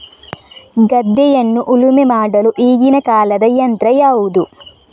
ಗದ್ದೆಯನ್ನು ಉಳುಮೆ ಮಾಡಲು ಈಗಿನ ಕಾಲದ ಯಂತ್ರ ಯಾವುದು?